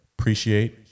Appreciate